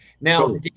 Now